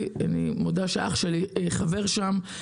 מודה שאח שלי חבר שם.